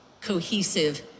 cohesive